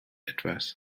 etwas